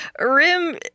Rim